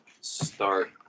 start